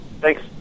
Thanks